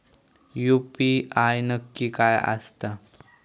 UPI नक्की काय आसता?